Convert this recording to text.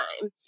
time